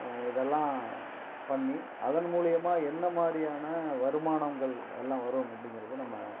இதெலாம் பண்ணி அதன் மூலயமா என்ன மாதிரியான வருமானங்கள் அதெலாம் வரும் அப்படிங்குறது நம்ம